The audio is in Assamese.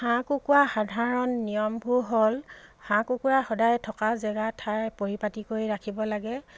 হাঁহ কুকুৰা সাধাৰণ নিয়মবোৰ হ'ল হাঁহ কুকুৰা সদায় থকা জেগা ঠাই পৰিপাটি কৰি ৰাখিব লাগে